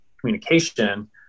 communication